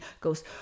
goes